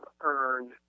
earned